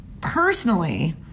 personally